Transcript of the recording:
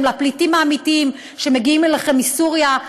לפליטים האמיתיים שמגיעים אליכם מסוריה,